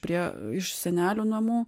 prie iš senelių namų